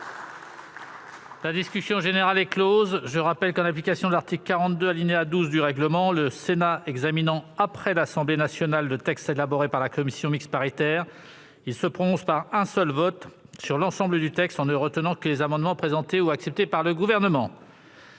la commission mixte paritaire. Je rappelle que, en application de l'article 42, alinéa 12, du règlement, le Sénat examinant après l'Assemblée nationale le texte élaboré par la commission mixte paritaire, il se prononce par un seul vote sur l'ensemble du texte, en ne retenant que les amendements présentés ou acceptés par le Gouvernement.